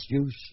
juice